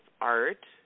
Art